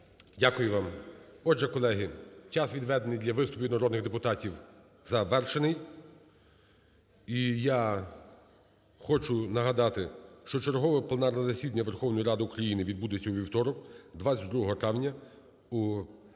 Дякую вам. Отже, колеги, час, відведений для виступів народних депутатів, завершений. І я хочу нагадати, що чергове пленарне засідання Верховної Ради України відбудеться у вівторок, 22 травня, о 10 годині ранку.